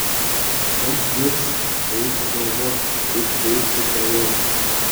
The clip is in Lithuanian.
užteks zirzti reikia galvoti kaip veikti toliau